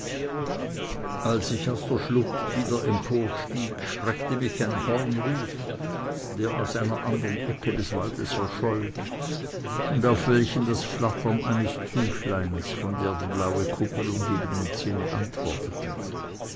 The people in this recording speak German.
als ich aus der schlucht wieder emporstieg schreckte mich ein hornruf der aus einer andern ecke des waldes erscholl und auf welchen das flattern eines tüchleins von der die blaue kuppel umgebenden zinne antwortete